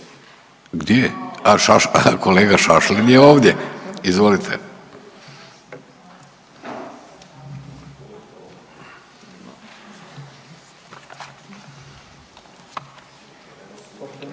Gdje je? A kolega Šašlin je ovdje, izvolite.